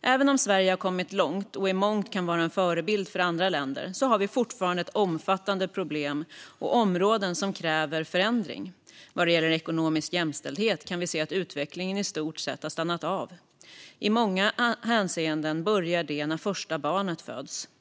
Även om Sverige har kommit långt och kan vara en förebild för andra länder i mycket har vi fortfarande omfattande problem och områden där det krävs förändring. Vad gäller ekonomisk jämställdhet kan vi se att utvecklingen i stort sett har stannat av. I många hänseenden börjar det när första barnet föds.